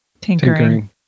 Tinkering